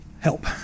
help